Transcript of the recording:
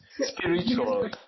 Spiritual